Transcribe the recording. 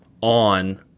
on